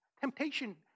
Temptation